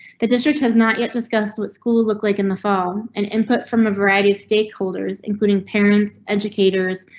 the district has not yet discussed with school look like in the fall and input from a variety of stakeholders, including parents, educators,